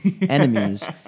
enemies